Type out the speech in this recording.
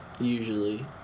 usually